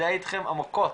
מזדהה אתכם עמוקות,